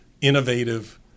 innovative